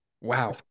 Wow